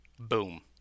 Boom